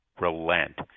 relent